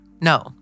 No